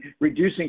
reducing